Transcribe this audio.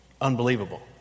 unbelievable